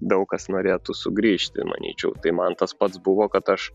daug kas norėtų sugrįžti manyčiau tai man tas pats buvo kad aš